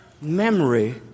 memory